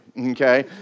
okay